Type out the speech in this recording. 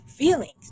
feelings